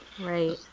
right